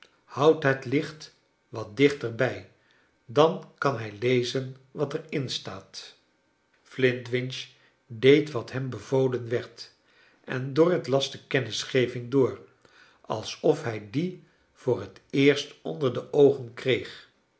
houd het licht wat dichter bij dan kan hij lezen wat er in staat flintwinch deed wat hem bevolen werd en dorrit las de kennisgeving door als of hij die voor het eer st onder de oogen kreeg